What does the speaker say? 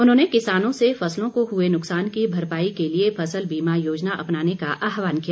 उन्होंने किसानों से फसलों को हुए नुकसान की भरपाई के लिए फसल बीमा योजना अपनाने का आहवान किया